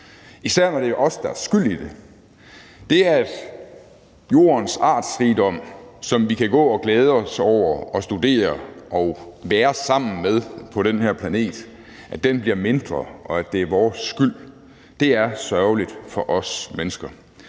især når det er os, der er skyld i det. Det, at jordens artsrigdom, som vi kan gå og glæde os over og studere og være sammen med på den her planet, bliver mindre, og at det er vores skyld, er sørgeligt for os mennesker.